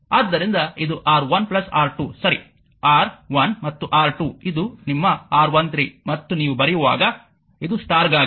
ಆದ್ದರಿಂದ ಇದು R1R2 ಸರಿ R1 ಮತ್ತು R2 ಇದು ನಿಮ್ಮ R13 ಮತ್ತು ನೀವು ಬರೆಯುವಾಗ ಇದು ಸ್ಟಾರ್ ಗಾಗಿ